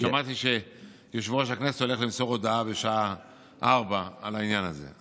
שמעתי שיושב-ראש הכנסת הולך למסור הודעה בשעה 16:00 על העניין הזה,